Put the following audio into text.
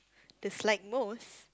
dislike most